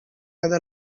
هذا